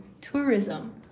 tourism